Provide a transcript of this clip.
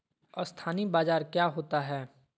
अस्थानी बाजार क्या होता है?